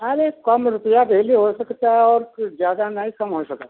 अरे कम रुपया धइले हो सकत और कुछ जयदा नहीं कम हो सकत